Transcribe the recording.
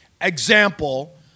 example